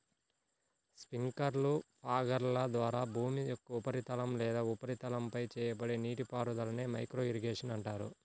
స్ప్రింక్లర్లు, ఫాగర్ల ద్వారా భూమి యొక్క ఉపరితలం లేదా ఉపరితలంపై చేయబడే నీటిపారుదలనే మైక్రో ఇరిగేషన్ అంటారు